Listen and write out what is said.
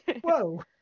whoa